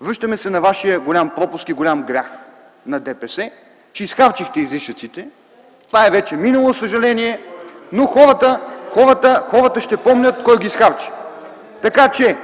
връщаме се на вашия голям пропуск и голям грях - на ДПС, че изхарчихте излишъците. Това е вече минало, за съжаление, но хората ще помнят кой ги изхарчи. Така че,